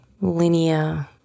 linear